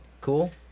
Cool